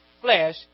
flesh